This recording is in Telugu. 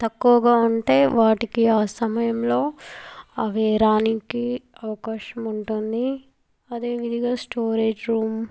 తక్కువగా ఉంటే వాటికి ఆ సమయంలో అవి రావటానికి అవకాశం ఉంటుంది అదేవిధంగా స్టోరేజ్ రూమ్